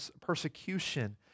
persecution